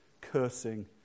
cursing